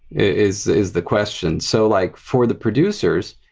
is is the question. so like for the producers,